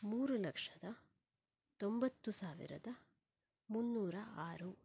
ಮೂರು ಲಕ್ಷದ ತೊಂಬತ್ತು ಸಾವಿರದ ಮುನ್ನೂರ ಆರು